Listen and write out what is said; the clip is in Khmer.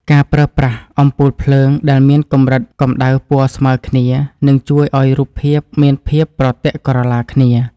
ការប្រើប្រាស់អំពូលភ្លើងដែលមានកម្រិតកម្តៅពណ៌ស្មើគ្នានឹងជួយឱ្យរូបភាពមានភាពប្រទាក់ក្រឡាគ្នា។